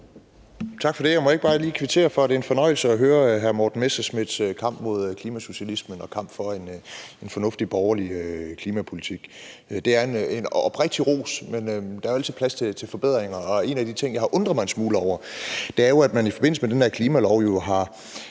Tak for det. Må jeg ikke bare lige kvittere for talen. Det er en fornøjelse at høre hr. Morten Messerschmidts kamp mod klimasocialismen og kamp for en fornuftig borgerlig klimapolitik. Det er en oprigtigt ment ros, men der er jo altid plads til forbedringer. En af de ting, jeg har undret mig en smule over, er jo, at man i forbindelse med den her klimalov i det